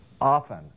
often